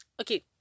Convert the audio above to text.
okay